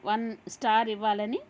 one star ఇవ్వాలని